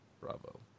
Bravo